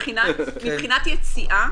מבחינת יציאה,